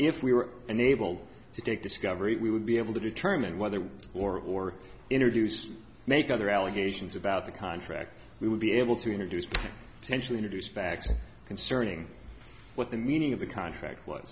if we were unable to take discovery we would be able to determine whether or introduce make other allegations about the contract we would be able to introduce potentially introduced facts concerning what the meaning of the contract w